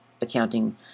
accounting